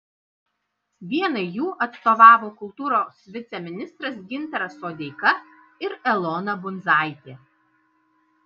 vienai jų atstovavo kultūros viceministras gintaras sodeika ir elona bundzaitė